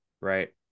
right